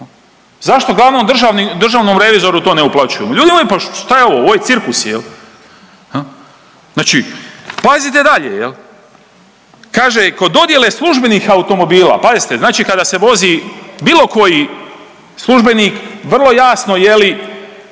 Zašto glavnom državnom revizoru to ne uplaćujemo? Ljudi moji pa šta je ovo? Ovo je cirkus! Znači pazite dalje. Kaže kod dodjele službenih automobila, pazite znači kada se vozi bilo koji službenik vrlo jasno je li